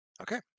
Okay